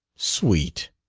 sweet!